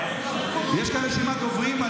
יש כאן רשימת דוברים.